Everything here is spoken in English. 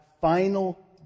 final